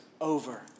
over